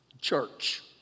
Church